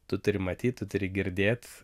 tu turi matyt tu turi girdėt